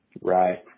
Right